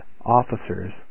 officers